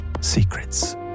secrets